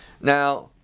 Now